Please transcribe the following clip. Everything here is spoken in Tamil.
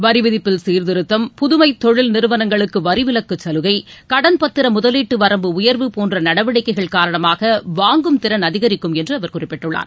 வரி விதிப்பில் சீர்த்திருத்தம் புதுமை தொழில் நிறுவனங்களுக்கு வரிவிலக்குச் சலுகை கடன் பத்திர முதலீட்டு வரம்பு உயர்வு போன்ற நடவடிக்கைகள் காரணமாக வாங்கும் திறன் அதிகரிக்கும் என்று குறிப்பிட்டுள்ளார்